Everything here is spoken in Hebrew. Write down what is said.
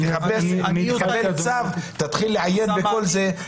אחרי זה לך תחפש, תקבל צו, תתחיל לעיין בכל זה.